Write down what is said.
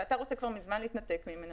ואתה רוצה כבר מזמן להתנתק ממנו,